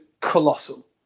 colossal